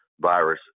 virus